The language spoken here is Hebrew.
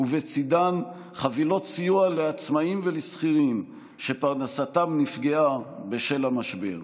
ובצידן חבילות סיוע לעצמאים ולשכירים שפרנסתם נפגעה בשל המשבר.